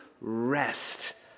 rest